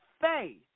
faith